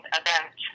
event